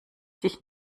sich